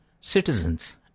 citizens